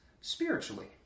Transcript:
spiritually